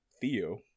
Theo